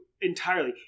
entirely